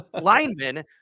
linemen